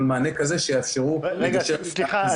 אבל מענה כזה שיאפשר לגשר --- סליחה,